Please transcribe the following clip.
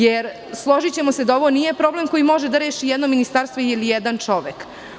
Jer, složićemo se da ovo nije problem koji može da reši jedno ministarstvo ili jedan čovek.